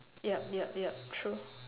yup yup yup true